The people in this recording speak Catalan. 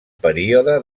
període